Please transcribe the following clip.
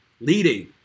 leading